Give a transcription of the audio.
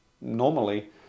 normally